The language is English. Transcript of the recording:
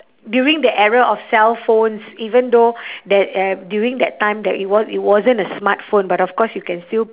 during the era of cell phones even though that e~ during that time that it wa~ it wasn't a smartphone but of course you can still